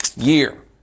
year